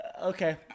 Okay